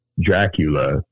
Dracula